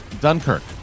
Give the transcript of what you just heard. Dunkirk